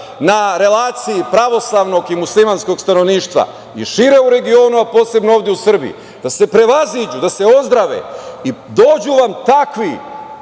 na relaciji pravoslavnog i muslimanskog stanovništva i šire u regionu, a posebno ovde u Srbiji, da se prevaziđu, da se ozdrave. I dođu vam takve